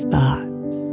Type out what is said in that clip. thoughts